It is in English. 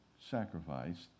sacrificed